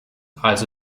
also